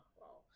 wow